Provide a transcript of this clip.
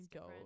go